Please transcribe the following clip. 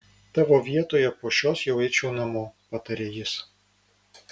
tavo vietoje po šios jau eičiau namo patarė jis